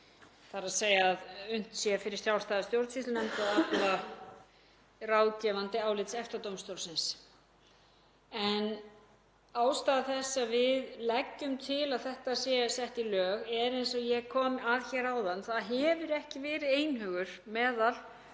um þetta, þ.e. að unnt sé fyrir sjálfstæða stjórnsýslunefnd að afla ráðgefandi álits EFTA-dómstólsins. En ástæða þess að við leggjum til að þetta sé sett í lög er, eins og ég kom að hér áðan, að ekki hefur verið einhugur meðal